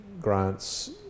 grants